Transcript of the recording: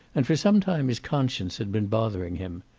and for some time his conscience had been bothering him.